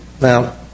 Now